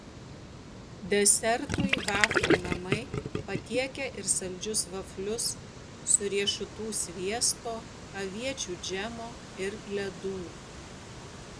desertui vaflių namai patiekia ir saldžius vaflius su riešutų sviesto aviečių džemo ir ledų